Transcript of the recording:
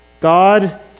God